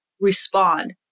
respond